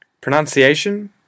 Pronunciation